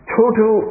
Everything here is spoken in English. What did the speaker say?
total